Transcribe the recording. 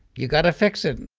you've got to fix it